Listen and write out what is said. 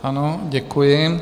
Ano, děkuji.